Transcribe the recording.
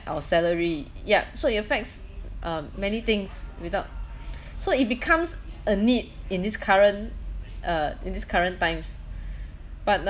our salary yup so it affects um many things without so it becomes a need in this current uh in this current times but